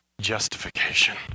justification